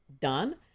done